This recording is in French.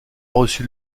reçu